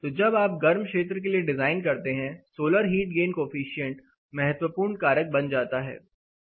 तो जब आप गर्म क्षेत्र के लिए डिजाइन करते हैं सोलर हीट गेन कोफिशिएंट महत्वपूर्ण कारक बन जाता है